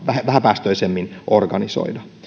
vähäpäästöisemmin organisoida